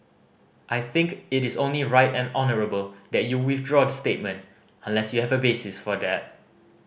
I think it is only right and honourable that you withdraw the statement unless you have a basis for that